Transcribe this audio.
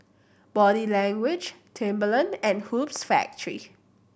Body Language Timberland and Hoops Factory